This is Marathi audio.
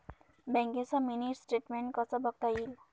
बँकेचं मिनी स्टेटमेन्ट कसं बघता येईल?